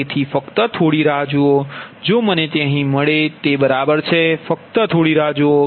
તેથી ફક્ત થોડી રાહ જુઓ જો મને તે અહીં મળે છે તે બરાબર છે ફક્ત થોડી રાહ જૂઓ